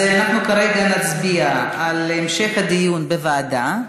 אז אנחנו כרגע נצביע על המשך הדיון בוועדה.